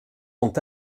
sont